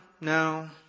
no